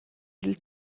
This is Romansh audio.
dil